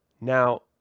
Now